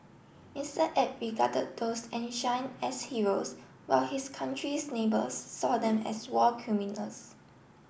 Mister Abe regarded those enshrine as heroes while his country's neighbors saw them as war criminals